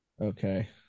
Okay